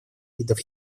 видов